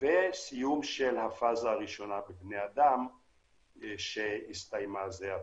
וסיום של הפאזה הראשונה בבני אדם שהסתיימה זה עתה.